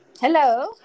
Hello